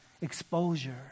exposure